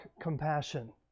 compassion